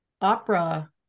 opera